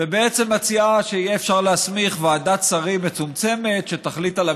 ובעצם מציעה שאפשר יהיה להסמיך ועדת שרים מצומצמת שתחליט על המלחמה.